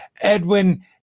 Edwin